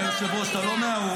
אדוני היושב-ראש, אתה לא מהאו"ם.